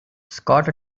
scott